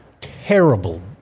terrible